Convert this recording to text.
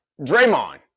Draymond